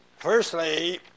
Firstly